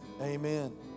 Amen